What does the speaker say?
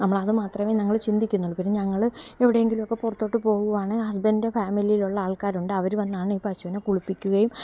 നമ്മളത് മാത്രമേ ഞങ്ങൾ ചിന്തിക്കുന്നുള്ളൂ പിന്നെ ഞങ്ങൾ എവിടെയെങ്കിലും ഒക്കെ പുറത്തോട്ട് പോവുകയാണെങ്കിൽ ഹസ്ബെൻന്റെ ഫാമിലിയിലുള്ള ആൾക്കാരുണ്ട് അവർ വന്നാണീ പശുവിനെ കുളിപ്പിക്കുകയും